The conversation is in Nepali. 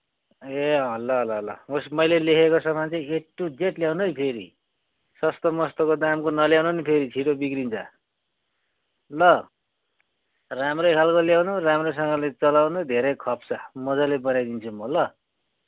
ए अँ ल ल ल होस् मैले लेखेको सामान चाहिँ ए टू जेड ल्याउनु नि फेरि सस्तो मस्तो दामको नल्याउनु नि फेरि छिटो बिग्रिन्छ ल राम्रै खालको ल्याउनु राम्रैसँगले चलाउनु धेरै खप्छ मजाले बनाइदिन्छु म ल